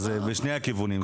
אז זה בשני הכיוונים.